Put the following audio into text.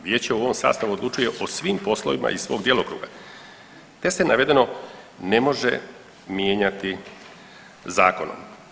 Vijeće u ovom sastavu odlučuje o svim poslovnima iz svog djelokruga te se navedeno ne može mijenjati zakonom.